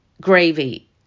gravy